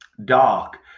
dark